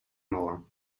morin